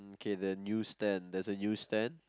okay then use ten there's a use ten